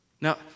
Now